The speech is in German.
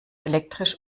elektrisch